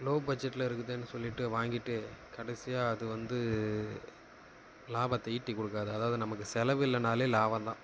low பட்ஜெட்டில் இருக்குதேன்னு சொல்லிட்டு வாங்கிட்டு கடைசியாக அது வந்து லாபத்தை ஈட்டிக் கொடுக்காது அதாவது நமக்கு செலவு இல்லேனாலே லாபம்தான்